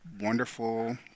wonderful